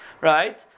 Right